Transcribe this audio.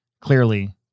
clearly